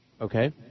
Okay